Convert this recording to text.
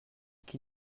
qui